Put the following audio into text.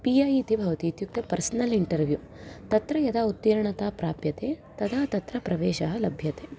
पिऐ इति भवति इत्युक्ते पेर्स्नल् इन्टर्व्यु तत्र यदा उत्तीर्णता प्राप्यते तदा तत्र प्रवेशः लभ्यते